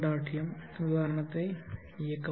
m உதாரணத்தை இயக்கவும்